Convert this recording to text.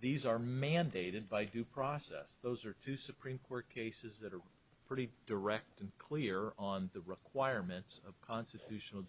these are mandated by due process those are two supreme court cases that are pretty direct and clear on the requirements of constitutional